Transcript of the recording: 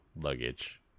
luggage